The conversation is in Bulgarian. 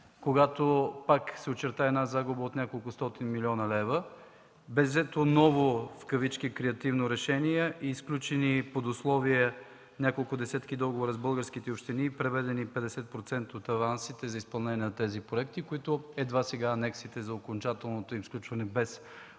когато пак се очерта една загуба от неколкостотин милиона лева. Бе взето „ново” креативно решение и сключени под условия няколко десетки договори с българските общини и приведени 50% от авансите за изпълнение на тези проекти, за които едва сега анексите за окончателното им сключване без условия